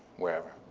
wherever.